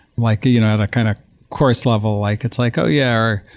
like you know at a kind of course level, like it's like ah yeah,